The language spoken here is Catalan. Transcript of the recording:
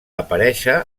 aparèixer